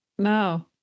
No